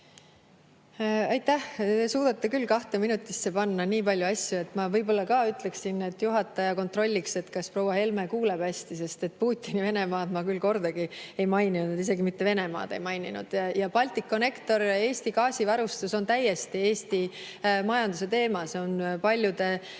Aitäh! Te suudate kahte minutisse panna nii palju asju. Ma võib-olla ka ütleksin, et juhataja kontrolliks, kas proua Helme kuuleb hästi, sest Putini Venemaad ma küll kordagi ei maininud, isegi mitte Venemaad ei maininud. Ja Balticconnector, Eesti gaasivarustus on täiesti Eesti majanduse teema. See on paljude